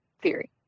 theory